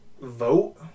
vote